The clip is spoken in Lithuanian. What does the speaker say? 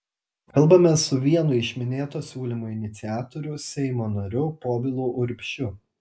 kalbamės su vienu iš minėto siūlymo iniciatorių seimo nariu povilu urbšiu